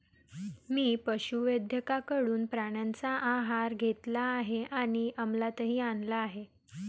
मी पशुवैद्यकाकडून प्राण्यांचा आहार घेतला आहे आणि अमलातही आणला आहे